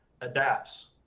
adapts